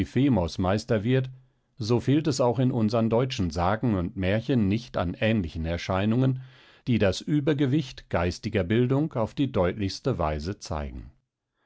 meister wird so fehlt es auch in unsern deutschen sagen und märchen nicht an ähnlichen erscheinungen die das übergewicht geistiger bildung auf die deutlichste weise zeigen